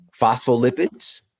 phospholipids